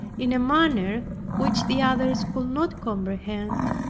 in a manner which the others could not comprehend,